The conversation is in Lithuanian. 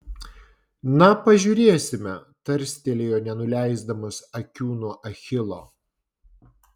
na pažiūrėsime tarstelėjo nenuleisdamas akių nuo achilo